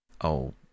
Oh